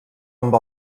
amb